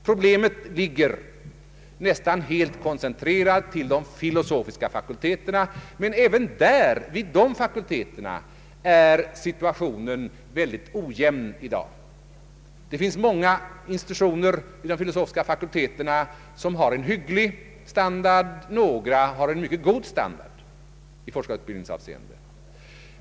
Problemet är nästan helt koncentrerat till de filosofiska fakulteterna, men även där är situationen i dag mycket ojämn. Det finns många institutioner inom de filosofiska fakulteterna som har en hygglig standard, och några har en mycket god standard i forskarutbildningshänseende.